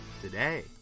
today